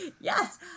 Yes